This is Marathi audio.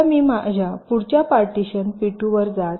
आता मी माझ्या पुढच्या पार्टीशन पी 2 वर जा